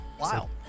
Wow